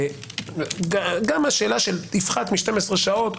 גם השאלה של יפחת מ-12 שעות,